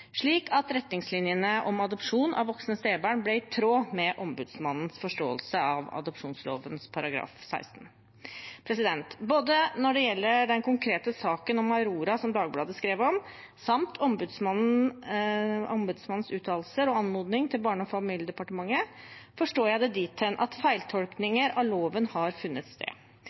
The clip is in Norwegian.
slik at retningslinjene om adopsjon av voksne stebarn ble i tråd med Ombudsmannens forståelse av adopsjonsloven § 16. Når det gjelder både den konkrete saken om Aurora, som Dagbladet skrev om, samt Ombudsmannens uttalelser og anmodning til Barne- og familiedepartementet, forstår jeg det dithen at feiltolkning av loven har funnet sted.